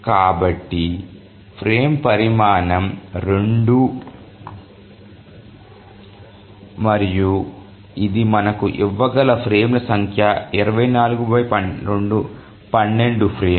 కాబట్టి ఫ్రేమ్ పరిమాణం 2 మరియు ఇది మనకు ఇవ్వగల ఫ్రేమ్ల సంఖ్య 24 2 12 ఫ్రేమ్లు